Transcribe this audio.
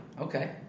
Okay